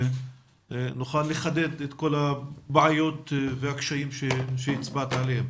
ונוכל לחדד את כל הבעיות והקשיים שהצבעת עליהם.